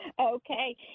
Okay